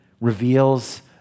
reveals